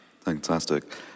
Fantastic